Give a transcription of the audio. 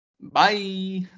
Bye